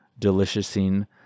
deliciousing